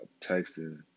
texting